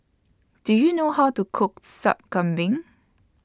Do YOU know How to Cook Sup Kambing